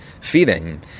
feeding